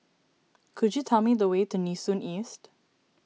could you tell me the way to Nee Soon East